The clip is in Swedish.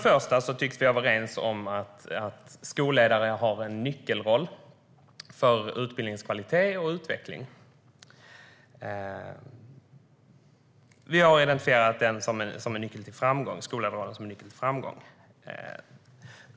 Först och främst tycks vi vara överens om att skolledare har en nyckelroll för utbildningens kvalitet och utveckling. Vi har identifierat skolledarrollen som en nyckel till framgång.